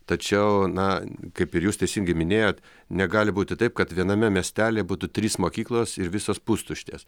tačiau na kaip ir jūs teisingai minėjot negali būti taip kad viename miestelyje būtų trys mokyklos ir visos pustuštės